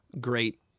great